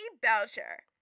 Belcher